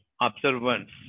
observance